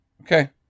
Okay